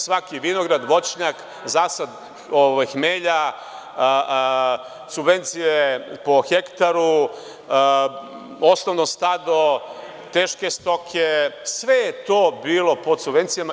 Svaki vinograd, voćnjak, zasad hmelja, subvencije po hektaru, osnovno stado, teške stoke, sve je to bilo pod subvencijama.